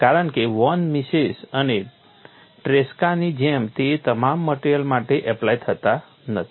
કારણ કે von Mises અને ટ્રેસ્કાની જેમ તે તમામ મટેરીઅલ માટે એપ્લાય થતા નથી